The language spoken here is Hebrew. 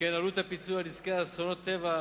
שכן עלות הפיצוי על נזקי אסונות טבע,